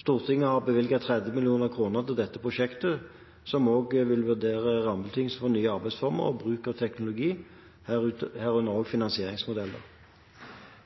Stortinget har bevilget 30 mill. kr til dette prosjektet, som også vil vurdere rammebetingelser for nye arbeidsformer og bruk av teknologi, herunder også finansieringsmodeller.